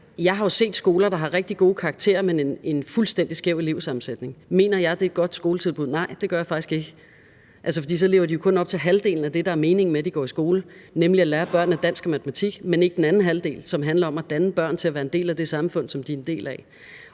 jeg har jo set skoler, der har rigtig gode karakterer, men en fuldstændig skæv elevsammensætning. Mener jeg, at det er et godt skoletilbud? Nej, det gør jeg faktisk ikke. For så lever de jo kun op til halvdelen af det, der er meningen med, at man går i skole, nemlig at lære børnene dansk og matematik, men ikke den anden halvdel, som handler om at danne børn til at være en del af det samfund, som de er en del af.